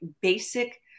basic